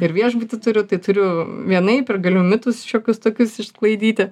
ir viešbutį turiu tai turiu vienaip ir galiu mitus šiokius tokius išsklaidyti